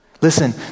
Listen